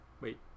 wait